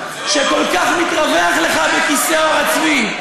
שכל כך מתרווח לך בכיסא עור הצבי.